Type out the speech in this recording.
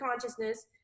consciousness